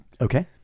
Okay